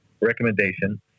recommendation